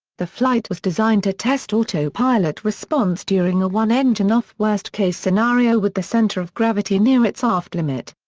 the flight was designed to test autopilot response during a one-engine-off worst-case scenario with the centre of gravity near its aft limit.